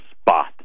spot